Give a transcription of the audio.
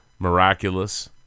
Miraculous